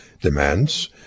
demands